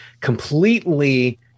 completely